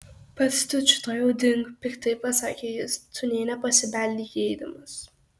pats tučtuojau dink piktai pasakė jis tu nė nepasibeldei įeidamas